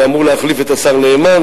שאמור להחליף את השר נאמן,